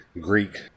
Greek